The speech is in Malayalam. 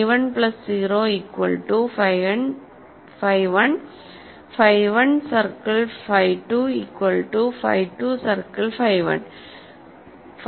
phi 1 plus 0 equal to phi 1 phi 1 circle phi 2 equal to phi 2 circle phi 1